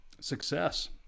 success